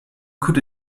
could